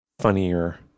funnier